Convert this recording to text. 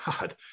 God